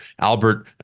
Albert